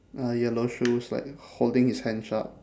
ah yellow shoes like holding his hands up